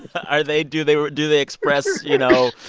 are they do they do they express you know,